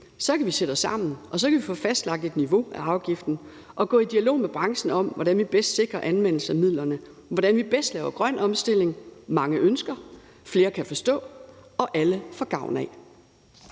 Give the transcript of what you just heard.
kan vi sætte os sammen, og så kan vi få fastlagt et niveau af afgiften og gå i dialog med branchen om, hvordan vi bedst sikrer anvendelsen af midlerne, og hvordan vi bedst laver grøn omstilling, som mange ønsker, som flere kan forstå, og som alle får gavn af.